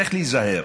צריך להיזהר.